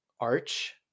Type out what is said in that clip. arch